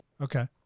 Okay